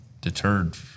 deterred